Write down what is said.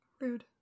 Rude